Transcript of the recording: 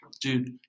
Dude